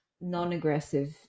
non-aggressive